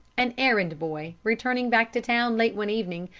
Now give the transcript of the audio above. an errand-boy, returning back to town, late one evening,